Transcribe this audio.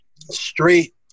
straight